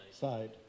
side